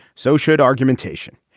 so should argumentation.